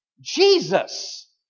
Jesus